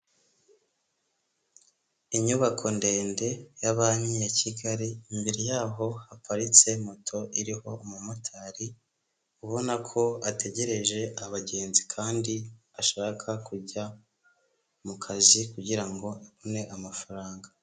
Inyubako ndende ya banki ya Kigali, imbere yaho haparitse moto iriho umumotari, ubona ko ategereje abagenzi kandi ashaka kujya mu kazi kugira ngo abone amafaranga.